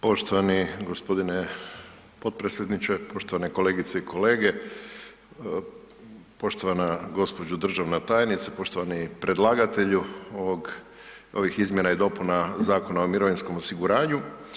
Poštovani g. potpredsjedniče, poštovane kolegice i kolege, poštovana gđo. državna tajnice, poštovani predlagatelju ovog, ovih izmjena i dopuna Zakona o mirovinskom osiguranju.